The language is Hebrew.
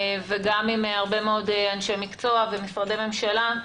וגם עם הרבה מאוד אנשי מקצוע ומשרדי ממשלה.